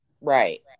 Right